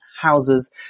houses